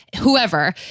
whoever